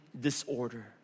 disorder